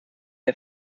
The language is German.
der